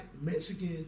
Mexican